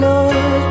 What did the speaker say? Lord